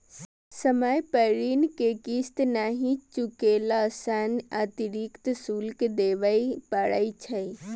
समय पर ऋण के किस्त नहि चुकेला सं अतिरिक्त शुल्क देबय पड़ै छै